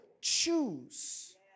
choose